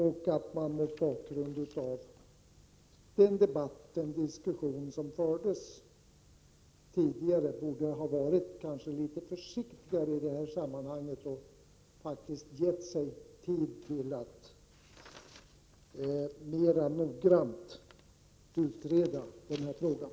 Med tanke på den diskussion som förts tidigare borde man ha varit litet försiktigare i detta sammanhang och faktiskt gett sig tid till att mera noggrant utreda frågan.